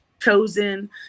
chosen